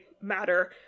matter